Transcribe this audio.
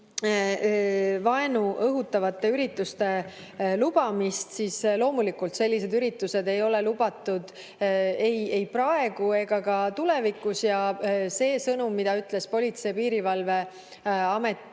vaenu õhutavate ürituste lubamist, siis loomulikult sellised üritused ei ole lubatud ei praegu ega ka tulevikus. Sõnum, mille ütles Politsei- ja Piirivalveamet